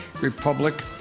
Republic